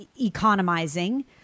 economizing